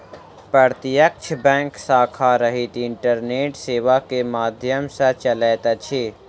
प्रत्यक्ष बैंक शाखा रहित इंटरनेट सेवा के माध्यम सॅ चलैत अछि